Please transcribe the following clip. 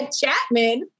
Chapman